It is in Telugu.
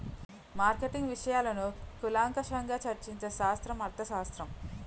మార్కెటింగ్ విషయాలను కూలంకషంగా చర్చించే శాస్త్రం అర్థశాస్త్రం